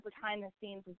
behind-the-scenes